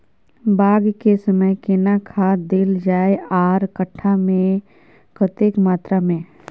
बाग के समय केना खाद देल जाय आर कट्ठा मे कतेक मात्रा मे?